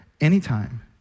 anytime